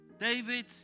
David